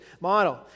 model